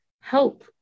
help